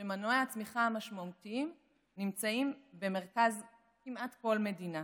שמנועי הצמיחה המשמעותיים נמצאים במרכז כמעט כל מדינה,